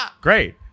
Great